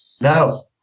No